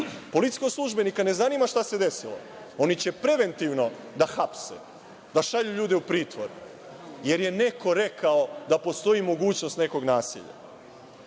Policijskog službenika ne zanima šta se desilo. Oni će preventivno da hapse, da šalju ljude u pritvor, jer je neko rekao da postoji mogućnost nekog nasilja. Čekajte,